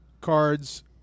cards